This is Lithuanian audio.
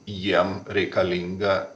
jiem reikalinga